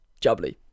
Jubbly